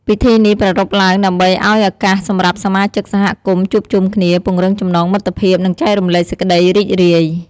ពិធីនេះប្រារព្ធឡើងដើម្បីឲ្យឱកាសសម្រាប់សមាជិកសហគមន៍ជួបជុំគ្នា ពង្រឹងចំណងមិត្តភាព និងចែករំលែកសេចក្តីរីករាយ។